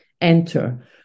enter